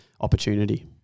opportunity